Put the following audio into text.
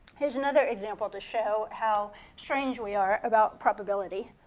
here is another example to show how strange we are about probability.